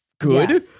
good